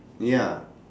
ya